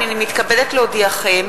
הנני מתכבדת להודיעכם,